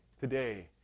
today